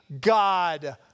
God